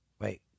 wait